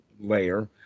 layer